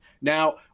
Now